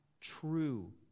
true